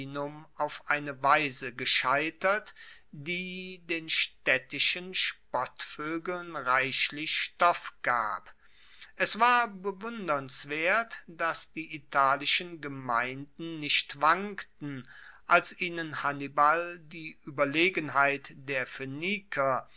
auf eine weise gescheitert die den staedtischen spottvoegeln reichlichen stoff gab es war bewundernswert dass die italischen gemeinden nicht wankten als ihnen hannibal die ueberlegenheit der phoeniker